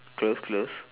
close close